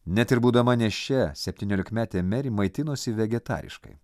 net ir būdama nėščia septyniolikmetė meri maitinosi vegetariškai